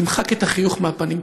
תמחק את החיוך מהפנים,